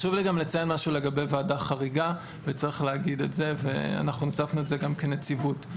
לגבי וועדה חריגה, הוספנו את זה כנציבות.